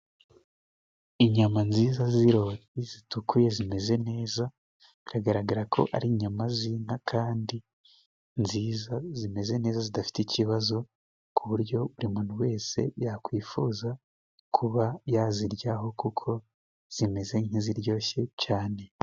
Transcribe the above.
Inyama nziza z'iroti zitukuye zimeze neza, bikagaragara ko ari inyama z'inka kandi nziza zimeze neza zidafite ikibazo, ku buryo buri muntu wese yakwifuza kuba yaziryaho, kuko zimeze nk'iziryoshye cane.